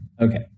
Okay